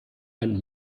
mein